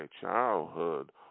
childhood